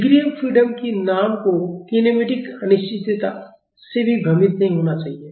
degree of freedom की नाम को कीनेमेटिक अनिश्चितता से भ्रमित नहीं होना चाहिए